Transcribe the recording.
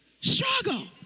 Struggle